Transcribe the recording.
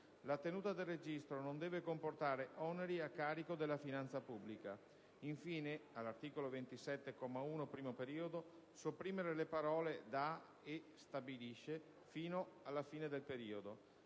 La tenuta del registro non deve comportare oneri a carico della finanza pubblica". Infine, conseguentemente, all'articolo 27, comma 1, primo periodo, sopprimere le parole da "e stabilisce" fino alla fine del periodo.